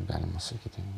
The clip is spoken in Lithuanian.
galima sakyti